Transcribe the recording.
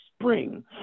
spring